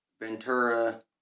Ventura